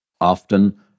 often